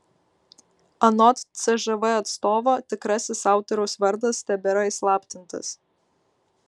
anot cžv atstovo tikrasis autoriaus vardas tebėra įslaptintas